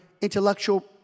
intellectual